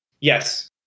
yes